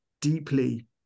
deeply